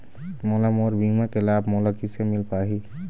मोला मोर बीमा के लाभ मोला किसे मिल पाही?